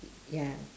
ya